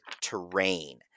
terrain